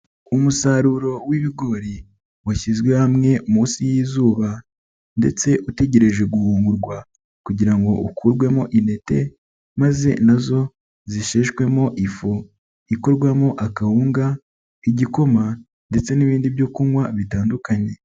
Umusaruro w'ibigori washyizwe hamwe munsi y'izuba ndetse utegereje guhungurwa kugira ngo ukurwemo intete maze na zo zisheshwemo ifu, ikorwemo akawunga, igikoma ndetse n'ibindi byo kunywa bitandukanye.